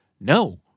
No